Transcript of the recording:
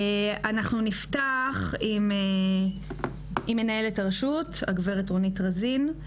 אנחנו נפתח עם מנהלת הרשות, הגברת רונית רוזין.